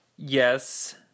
Yes